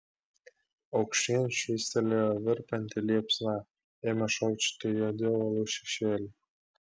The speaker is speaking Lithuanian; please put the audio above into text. aukštyn švystelėjo virpanti liepsna ėmė šokčioti juodi uolų šešėliai